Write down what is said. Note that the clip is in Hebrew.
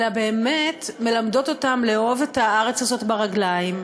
באמת מלמדות אותם לאהוב את הארץ הזאת ברגליים,